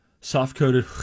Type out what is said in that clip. Soft-coated